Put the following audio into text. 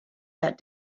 that